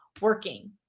working